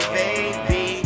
baby